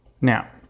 Now